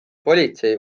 politsei